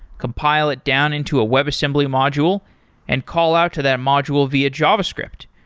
compile it down into a webassembly module and call out to them module via javascript.